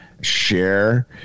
share